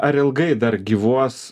ar ilgai dar gyvuos